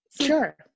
Sure